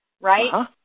right